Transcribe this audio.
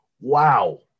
wow